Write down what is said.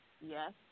Yes